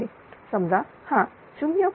समजा हा 0